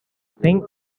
think